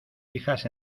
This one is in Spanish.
hijas